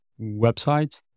websites